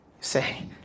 say